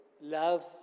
love